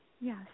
Yes